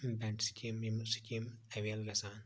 bank scheme اَویل گَژھان